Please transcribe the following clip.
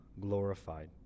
glorified